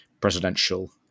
presidential